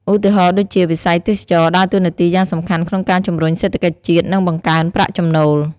ឧទាហរណ៍ដូចជា វិស័យទេសចរណ៍ដើរតួនាទីយ៉ាងសំខាន់ក្នុងការជំរុញសេដ្ឋកិច្ចជាតិ និងបង្កើនប្រាក់ចំណូល។